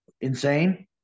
insane